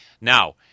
Now